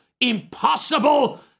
impossible